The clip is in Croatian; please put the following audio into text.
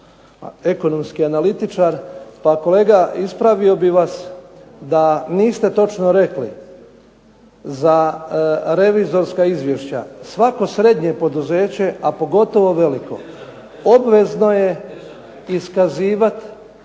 ekonomski analitičar. Pa kolega ispravio bih vas da niste točno rekli za revizorska izvješća. Svako srednje poduzeće, a pogotovo veliko obvezno je iskazivati